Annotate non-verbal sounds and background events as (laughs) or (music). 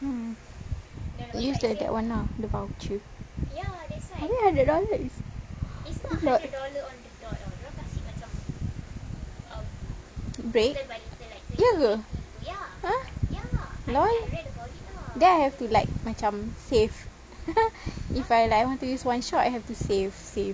use the that [one] lah the voucher I mean hundred dollars is a lot ye ke !huh! really then I have to like macam save (laughs) if I want to use one shot I have to save save